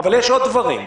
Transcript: אבל יש עוד דברים.